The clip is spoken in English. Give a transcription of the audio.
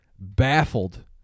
Baffled